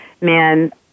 man